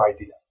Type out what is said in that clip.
idea